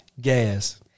Gas